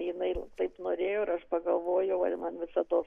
jinai taip norėjo ir aš pagalvojau o man visados